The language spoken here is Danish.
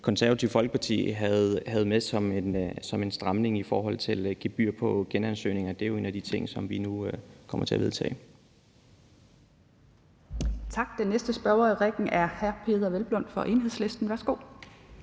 Konservative Folkeparti havde med som en stramning, nemlig det med et gebyr på genansøgninger, jo er en af de ting, som vi nu kommer til at vedtage.